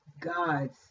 God's